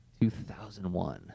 2001